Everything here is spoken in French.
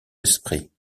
esprit